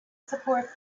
support